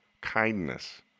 kindness